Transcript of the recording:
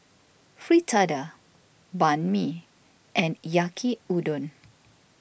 Fritada Banh Mi and Yaki Udon